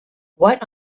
what